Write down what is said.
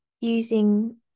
using